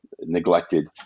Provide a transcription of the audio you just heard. neglected